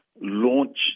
launch